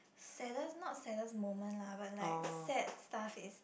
saddest not saddest moment lah but like sad stuff is